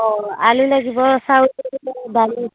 অঁ আলু লাগিব চাউল দালি